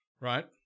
right